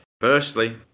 Firstly